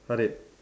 Harid